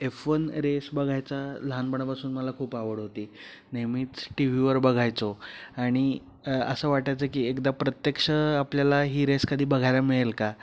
F one race बघायचा लहानपणापासून मला खूप आवड होती नेहमीच टी व्हीवर बघायचो आणि असं वाटायचं की एकदा प्रत्यक्ष आपल्याला ही रेस कधी बघायला मिळेल का